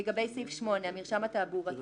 לגבי סעיף 8 המרשם התעבורתי